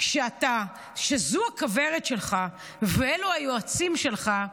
כשזו הכוורת שלך ואלה היועצים שלך,